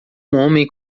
homem